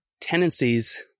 tendencies